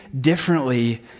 differently